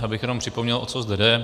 Já bych jenom připomněl, o co zde jde.